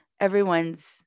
everyone's